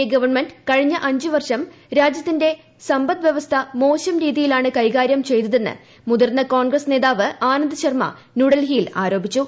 A government കഴിഞ്ഞ അഞ്ച് വർഷം രാജ്യത്തിന്റെ സമ്പദ് വൃവസ്ഥ മോശം രീതിയിലാണ് കൈകാരൃം ചെയ്തതെന്ന് മുതിർന്ന കോൺഗ്രസ് നേതാവ് ആനന്ദ്ശർമ്മ ന്യൂഡൽഹിയിൽ ആരോപിച്ചു